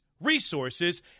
Resources